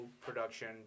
production